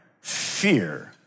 fear